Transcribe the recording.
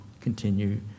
continue